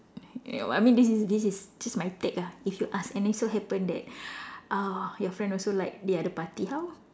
I mean this is this is this is my take ah if you ask and then so happen that uh your friend also like the other party how